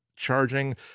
charging